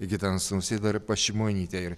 gitanas nausėda šimonytė ir